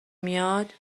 میاد